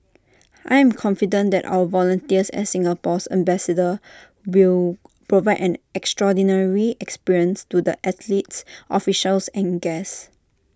I am confident that our volunteers as Singapore's ambassadors will provide an extraordinary experience to the athletes officials and guests